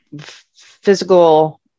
physical